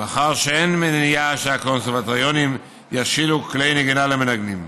מאחר שאין מניעה שהקונסרבטוריונים ישאילו כלי נגינה למנגנים.